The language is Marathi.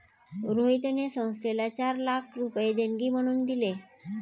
रोहितने संस्थेला चार लाख रुपये देणगी म्हणून दिले